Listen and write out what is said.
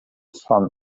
sun